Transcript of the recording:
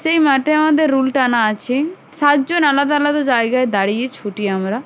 সেই মাঠে আমাদের রুল টানা আছে সাতজন আলাদা আলাদা জায়গায় দাঁড়িয়ে ছুটি আমরা